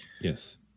Yes